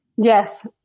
Yes